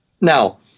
Now